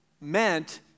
meant